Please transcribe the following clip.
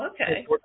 Okay